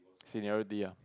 seniority ah